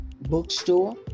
bookstore